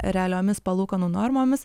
realiomis palūkanų normomis